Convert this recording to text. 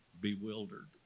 bewildered